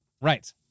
right